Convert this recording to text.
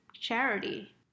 charity